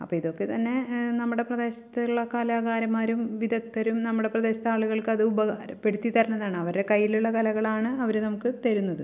അപ്പോൾ ഇതൊക്കെ തന്നെ നമ്മുടെ പ്രദേശത്തുള്ള കലാകാരന്മാരും വിദഗ്ധരും നമ്മുടെ പ്രദേശത്താളുകൾക്കത് ഉപകാരപ്പെടുത്തി തരുന്നതാണ് അവരെ കയ്യിലുള്ള കലകളാണ് അവർ നമുക്ക് തരുന്നത്